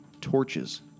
torches